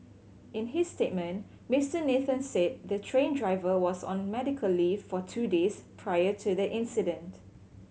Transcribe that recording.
in his statement Mister Nathan said the train driver was on medical leave for two days prior to the incident